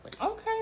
Okay